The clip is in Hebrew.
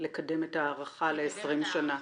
לקדם את ההארכה ל-20 שנה,